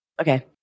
okay